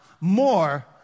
more